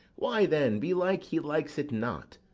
why then, belike he likes it not,